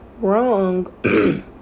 wrong